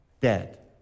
dead